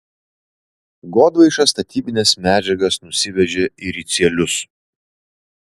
godvaiša statybines medžiagas nusivežė į ricielius